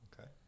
Okay